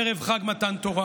ערב חג מתן תורה,